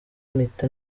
mpita